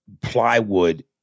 plywood